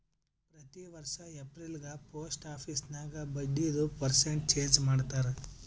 ಪ್ರತಿ ವರ್ಷ ಎಪ್ರಿಲ್ಗ ಪೋಸ್ಟ್ ಆಫೀಸ್ ನಾಗ್ ಬಡ್ಡಿದು ಪರ್ಸೆಂಟ್ ಚೇಂಜ್ ಮಾಡ್ತಾರ್